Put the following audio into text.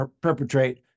perpetrate